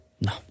No